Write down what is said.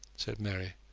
said mary.